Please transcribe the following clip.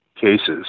cases